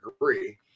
agree